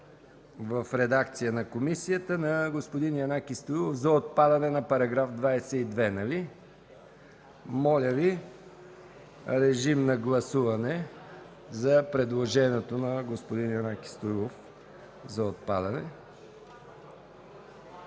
в редакция на комисията на господин Янаки Стоилов – за отпадане на § 22. Моля Ви, режим на гласуване за предложението на господин Янаки Стоилов за отпадане.